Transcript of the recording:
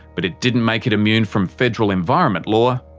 but it didn't make it immune from federal environment law,